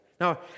Now